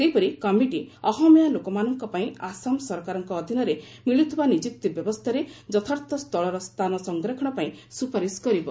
ସେହିପରି କମିଟି ଅହମିଆ ଲୋକମାନଙ୍କପାଇଁ ଆସାମ ସରକାରଙ୍କ ଅଧୀନରେ ମିଳୁଥିବା ନିଯୁକ୍ତି ବ୍ୟବସ୍ଥାରେ ଯଥାର୍ଥ ସ୍ଥଳର ସ୍ଥାନ ସଂରକ୍ଷଣପାଇଁ ସୁପାରିସ କରିବ